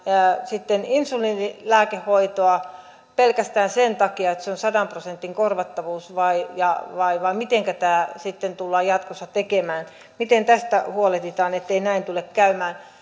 sitten käyttämään insuliinilääkehoitoa pelkästään sen takia että sillä on sadan prosentin korvattavuus vai vai mitenkä tämä sitten tullaan jatkossa tekemään miten tästä huolehditaan ettei näin tule käymään